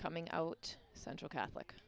coming out central catholic